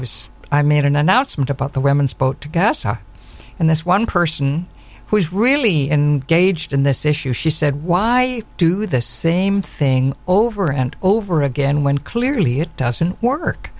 was i made an announcement about the women's vote and this one person who is really in gauged in this issue she said why do the same thing over and over again when clearly it doesn't work